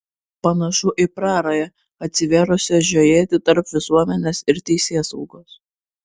panašu į prarają atsivėrusią žiojėti tarp visuomenės ir teisėsaugos